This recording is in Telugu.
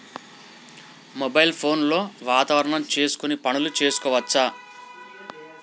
మొబైల్ ఫోన్ లో వాతావరణం చూసుకొని పనులు చేసుకోవచ్చా?